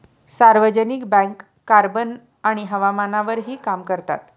सार्वजनिक bank carbon आणि हवामानावरही काम करतात